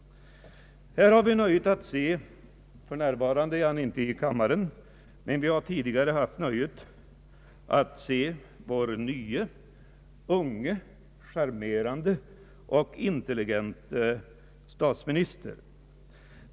För närvarande är vår nye, unge, charmerande och intelligente statsmi nister inte i kammaren, men vi hade tidigare nöjet att se honom här.